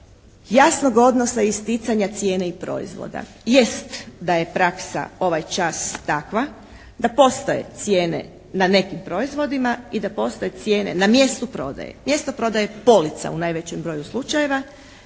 jasnog odnosa isticanja cijene i proizvoda. Jest da je praksa ovaj čas takva da postoje cijene na nekim proizvodima i da postoje cijene na mjestu prodaje. Mjesto prodaje je polica u najvećem broju slučajeva.